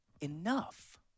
enough